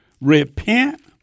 repent